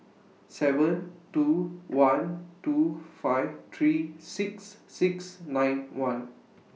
seven two one two five three six six nine one